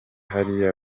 hariya